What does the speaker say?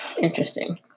Interesting